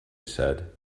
said